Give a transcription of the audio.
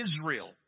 Israel